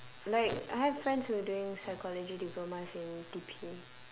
like I have friends who are doing psychology diplomas in T_P